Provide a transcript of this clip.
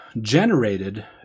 generated